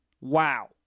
wow